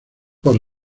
por